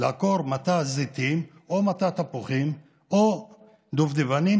לעקור מטע זיתים או מטע תפוחים או דובדבנים